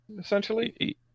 essentially